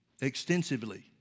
extensively